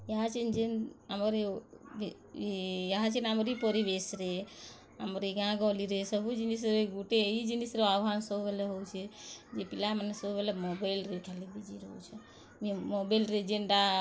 ଇହାଚେନ୍ ଯେନ୍ ଆମର୍ ଇଏ ଇହାଚେନ୍ ଆମରି ପରିବେଶ୍ରେ ଆମର୍ ଇ ଗାଁ ଗହଲିରେ ସବୁଜିନିଷ୍ ରେ ଗୁଟେ ଇ ଜିନିଷ୍ ର ଆଭାନ୍ ସବୁବେଲେ ହଉଛି ଯେ ପିଲାମାନେ ସବୁବେଲେ ମୋବାଇଲ୍ରେ ଖାଲି ବିଜି ରହୁଛନ୍ ମୋବାଇଲ୍ରେ ଯେନ୍ଟା